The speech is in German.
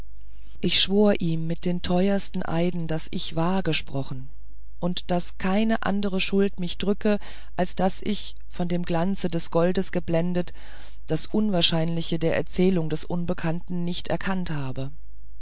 ich schwor ihm mit dem teuersten eid daß ich wahr gesprochen und daß keine andere schuld mich drücke als daß ich von dem glanze des goldes geblendet das unwahrscheinliche der erzählung des unbekannten nicht erkannt habe